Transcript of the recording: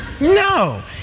No